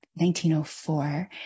1904